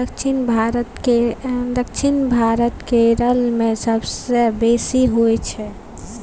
दक्षिण भारत केर केरल मे सबसँ बेसी होइ छै